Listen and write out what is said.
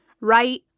Right